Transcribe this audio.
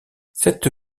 cette